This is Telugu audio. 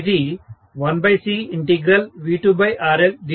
ఇది 1CV2RL